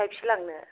थाइबसे लांनो